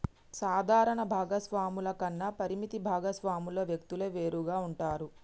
సాధారణ భాగస్వామ్యాల కన్నా పరిమిత భాగస్వామ్యాల వ్యక్తులు వేరుగా ఉంటారు